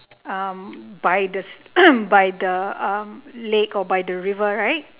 um by the by the um lake or by the river right